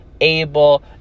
able